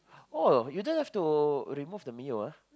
oh you don't have to remove the Mio ah